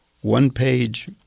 one-page